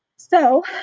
so,